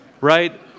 Right